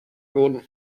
wurden